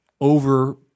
over